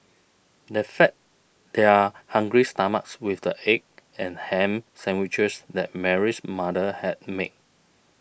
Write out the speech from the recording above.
they fed they are hungry stomachs with the egg and ham sandwiches that Mary's mother had made